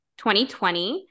2020